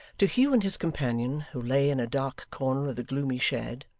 to hugh and his companion, who lay in a dark corner of the gloomy shed,